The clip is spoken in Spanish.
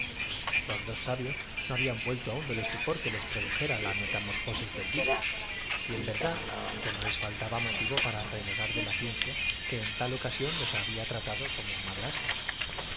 los caracteres campeaban sobre el bruñido fondo con una elocuencia aterradora les produjera la metamorfosis del disco y en verdad capítulo ix que no les faltaba motivo para renegar de la ciencia que en tal ocasión los había tratado como madrastra